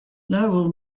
lowell